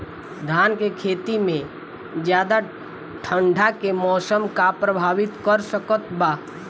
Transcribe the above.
धान के खेती में ज्यादा ठंडा के मौसम का प्रभावित कर सकता बा?